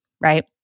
right